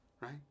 right